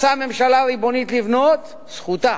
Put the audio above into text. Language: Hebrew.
רוצה ממשלה ריבונית לבנות, זכותה.